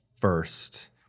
first